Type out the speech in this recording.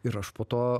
ir aš po to